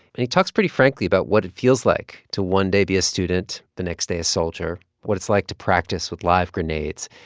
and he talks pretty frankly about what it feels like to one day be a student, the next day a soldier, what it's like to practice with live grenades.